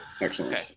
Excellent